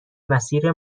مسیر